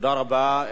תודה רבה.